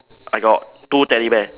I got two teddy bear